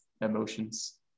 emotions